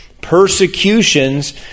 persecutions